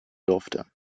durfte